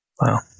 Wow